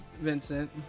Vincent